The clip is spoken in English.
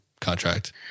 contract